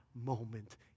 moment